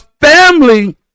family